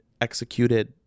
executed